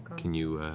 can you?